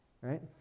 right